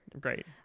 Great